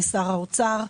לשר האוצר.